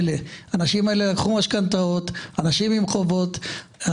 אנשים לקחו משכנתאות, אנשים עם חובות.